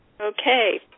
Okay